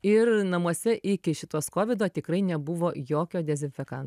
ir namuose iki šitos kovido tikrai nebuvo jokio dezinfekan